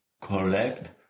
collect